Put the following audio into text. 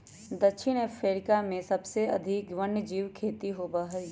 दक्षिण अफ्रीका में सबसे अधिक वन्यजीव खेती होबा हई